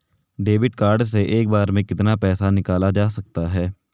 Debit card से एक बार में कितना पैसा निकाला जा सकता है?